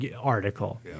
article